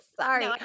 sorry